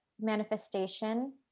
manifestation